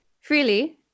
Freely